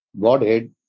Godhead